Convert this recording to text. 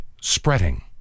spreading